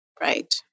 Right